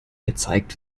gezeigt